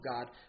God